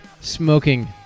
smoking